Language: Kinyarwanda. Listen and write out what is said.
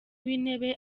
w’intebe